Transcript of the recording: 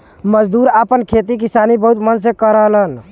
मजदूर आपन खेती किसानी बहुत मन से करलन